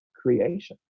creation